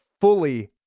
fully